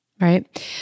right